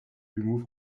remove